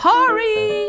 Hurry